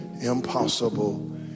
impossible